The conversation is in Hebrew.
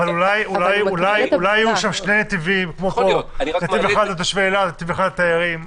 אולי יהיו שני נתיבים אחד לתושבי אילת ואחד לתיירים.